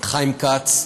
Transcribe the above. חיים כץ: